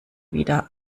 wieder